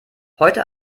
heute